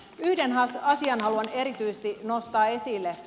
yhden asian haluan erityisesti nostaa esille